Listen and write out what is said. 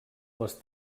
les